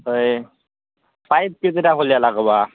ହଏ ପାଇପ୍ କେତେଟା ଲାଗ୍ବା